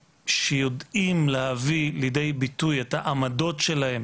שיודעים להביא לידי ביטוי את העמדות שלהם